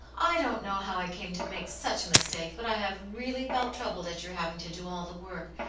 i don't know how i came to make such a mistake, but i have really felt troubled at your having to do all the work,